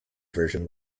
version